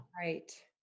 Right